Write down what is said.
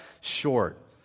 short